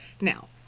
Now